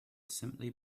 simply